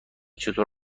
چطور